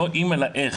לא אם אלא איך.